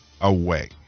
away